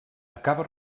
acaba